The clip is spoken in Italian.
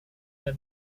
dal